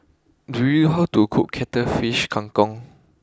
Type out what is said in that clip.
do you how to cook Cuttlefish Kang Kong